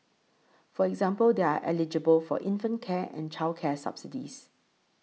for example they are eligible for infant care and childcare subsidies